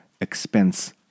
expense